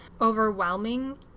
overwhelming